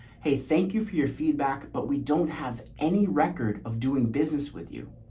hey, thank you for your feedback, but we don't have any record of doing business with you.